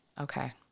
Okay